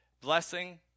Blessing